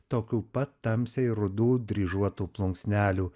tokių pat tamsiai rudų dryžuotų plunksnelių